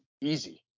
easy